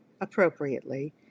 appropriately